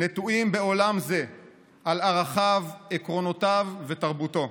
נטועים בעולם זה על ערכיו, עקרונותיו ותרבותו.